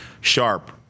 sharp